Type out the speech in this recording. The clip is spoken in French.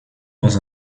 dans